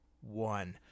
one